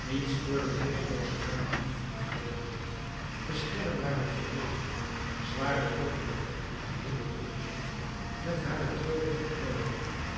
niets stoorde de heillooze harmonie van het geheel de sterren waren verdwenen zware wolken bedekten den geheelen horizont met haar treurige plooien